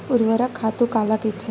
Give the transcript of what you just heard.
ऊर्वरक खातु काला कहिथे?